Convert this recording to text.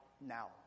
now